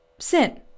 sin